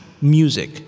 music